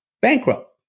bankrupt